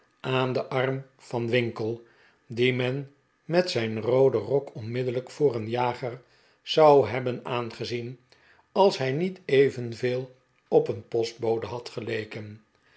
aan den arm van winkle die men met zijn rooden rok onmiddellijk voor een jager zou hebben aangezien als hij niet evenveel op een postbode had geleken